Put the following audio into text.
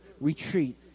retreat